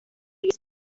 luis